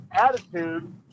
attitude